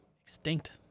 Extinct